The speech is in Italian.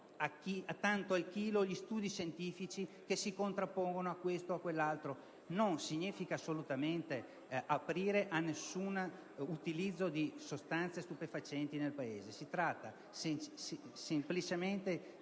a tanto al chilo gli studi scientifici che si contrappongono a questo o quell'altro. Ciò non significa assolutamente aprire all'utilizzo di sostanze stupefacenti nel Paese: si tratta semplicemente di